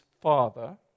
Father